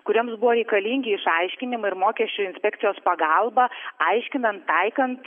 kuriems buvo reikalingi išaiškinimai ir mokesčių inspekcijos pagalba aiškinant taikant